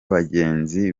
bagenzi